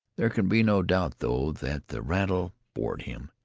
there can be no doubt, though, that the rattle bored him,